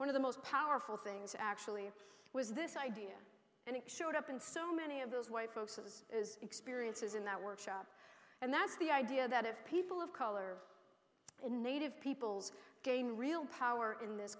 one of the most powerful things actually was this idea and it showed up in so many of those white folks it was experiences in that workshop and that's the idea that if people of color in native peoples gain real power in this